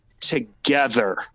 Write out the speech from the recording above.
together